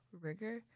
rigor